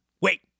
Wait